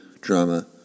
drama